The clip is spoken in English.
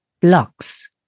blocks